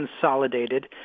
Consolidated